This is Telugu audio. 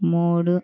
మూడు